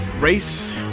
Race